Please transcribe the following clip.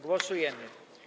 Głosujemy.